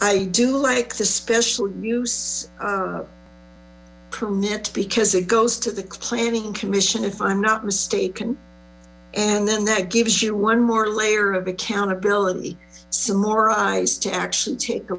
i do like the special use permit because it goes to the planning commission if i'm not mistaken and then that gives you one more layer of accountability some more eyes to actually take a